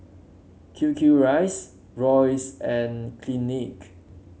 Q Q Rice Royce and Clinique